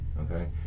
Okay